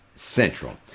central